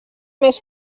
més